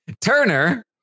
Turner